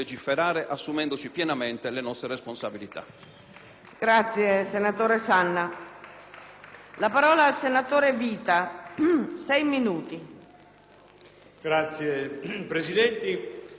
a parlare il senatore Vita.